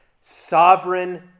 Sovereign